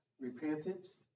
repentance